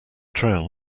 trail